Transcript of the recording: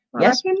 Yes